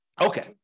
Okay